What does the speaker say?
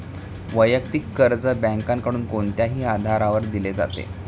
वैयक्तिक कर्ज बँकांकडून कोणत्याही आधारावर दिले जाते